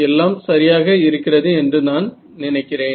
எல்லாம் சரியாக இருக்கிறது என்று நான் நினைக்கிறேன்